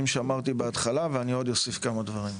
שאמרתי בהתחלה ואני עוד אוסיף כמה דברים.